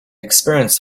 experience